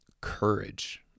courage